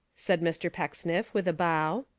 said mr. pecksniff, with a bow.